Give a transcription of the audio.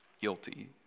guilty